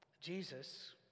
Jesus